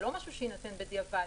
זה לא משהו שיינתן בדיעבד.